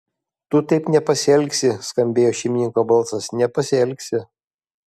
tu taip nepasielgsi skambėjo šeimininko balsas nepasielgsi